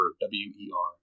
W-E-R